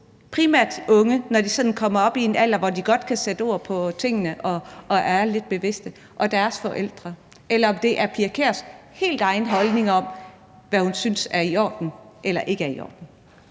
primært de unge, når de kommer op i den alder, godt kan sætte ord på tingene og er lidt bevidste, og deres forældre, eller om det er Pia Kjærsgaards helt egen holdning om, hvad hun synes er i orden eller ikke er i orden?